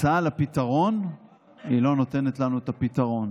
שהצעה לפתרון לא נותנת לנו את הפתרון.